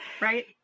Right